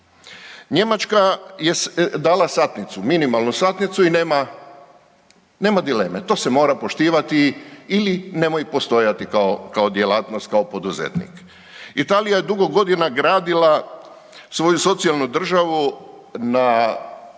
Njemačka je dala satnicu, minimalnu satnicu i nema dileme, to se mora poštivati ili nemoj postojati kao djelatnost, kao poduzetnik. Italija je dugo godina gradila svoju socijalnu državu na